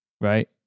right